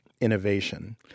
innovation